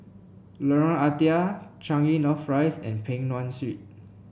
Lorong Ah Thia Changi North Rise and Peng Nguan Street